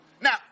Now